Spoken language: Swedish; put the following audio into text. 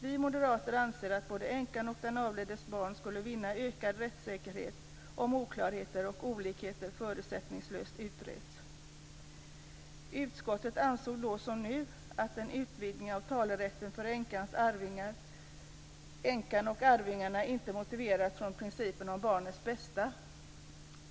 Vi moderater anser att både änkan och den avlidnes barn skulle vinna ökad rättssäkerhet om oklarheter och olikheter förutsättningslöst utreds. Utskottet ansåg då, som nu, att en utvidgning av talerätten för änkan och arvingarna inte motiveras utifrån principen om barnets bästa.